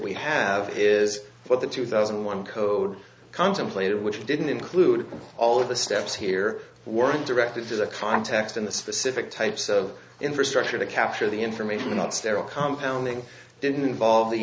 we have is what the two thousand and one code contemplated which didn't include all of the steps here were directed to the context in the specific types of infrastructure to capture the information not sterile compound ing didn't involve the